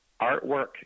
artwork